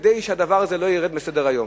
כדי שהדבר הזה לא ירד מסדר-היום.